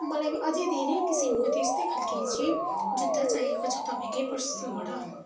मलाई अझै धेरै किसिमको त्यस्तै खालके चाहिँ जुत्ता चाहिएको छ तपाईँकै पसलबाट